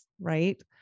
Right